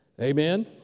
Amen